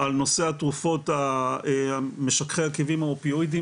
על נושא התרופות משככי הכאבים האופיואידים,